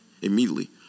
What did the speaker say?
Immediately